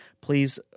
please